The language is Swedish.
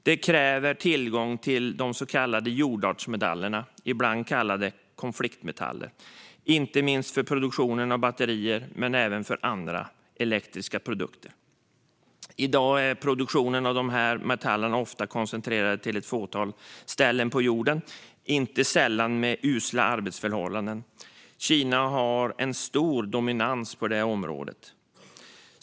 Det kräver tillgång till de så kallade jordartsmetallerna, ibland kallade konfliktmetaller, inte minst för produktionen av batterier men även för andra elektriska produkter. I dag är produktionen av de här metallerna i huvudsak koncentrerad till ett fåtal ställen på jorden, inte sällan med usla arbetsförhållanden. Kina har en stor dominans på det området.